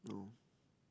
no